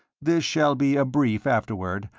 this shall be a brief afterword,